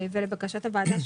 ולבקשת הוועדה,